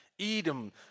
Edom